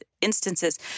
instances